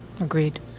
Agreed